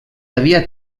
havia